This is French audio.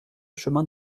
chemin